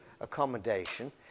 accommodation